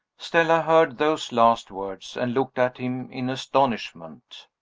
stella heard those last words, and looked at him in astonishment.